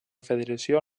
federació